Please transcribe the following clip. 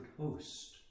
Host